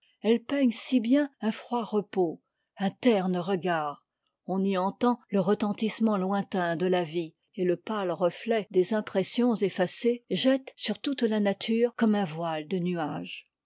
elles peignent si bien un froid repos un terne regard on y entend le retentissement lointain de la vie et le pâle reflet des impressions effacées jette sur toute la nature comme un voile de nuages